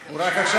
בבקשה,